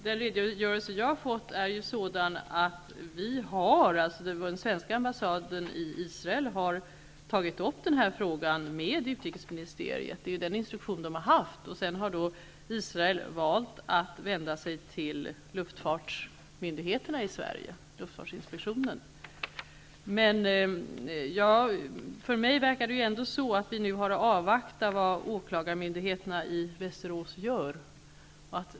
Fru talman! Enligt den redogörelse jag har fått har den svenska ambassaden i Israel tagit upp den här frågan med utrikesministeriet -- det är den instruktion den har haft. Sedan har Israel valt att vända sig till luftfartsmyndigheterna i Sverige, luftfartsinspektionen. Mig förefaller det ändå vara så, att vi nu har att avvakta vad åklagarmyndigheten i Västerås gör.